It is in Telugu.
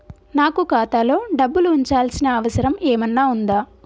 నాకు ఖాతాలో డబ్బులు ఉంచాల్సిన అవసరం ఏమన్నా ఉందా?